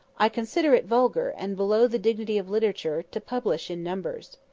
i consider it vulgar, and below the dignity of literature, to publish in numbers.